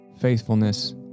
faithfulness